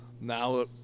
now